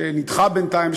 שנדחה בינתיים,